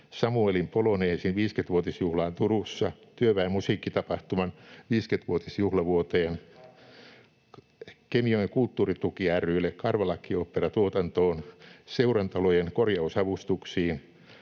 Samuelin Poloneesin 50‑vuotisjuhlaan Turussa, Työväen Musiikkitapahtuman 50‑vuotisjuhlavuoteen, Kemijoen kulttuurituki ry:lle Karvalakki-oopperan tuotantoon, seurantalojen korjausavustuksiin,